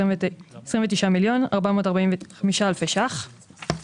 29,445,000 ₪.